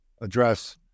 address